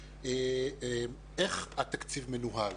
איך התקציב מנוהל,